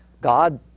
God